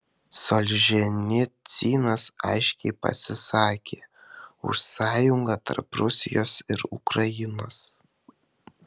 solženicynas aiškiai pasisakė už sąjungą tarp rusijos ir ukrainos